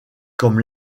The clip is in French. comme